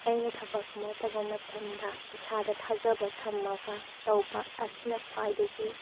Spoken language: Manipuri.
ꯑꯩꯅ ꯊꯕꯛ ꯑꯃ ꯇꯧꯕ ꯃꯇꯝꯗ ꯏꯁꯥꯗ ꯊꯥꯖꯕ ꯊꯝꯃꯒ ꯇꯧꯕ ꯑꯁꯤꯅ ꯈ꯭ꯋꯥꯏꯗꯒꯤ